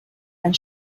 and